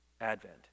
Advent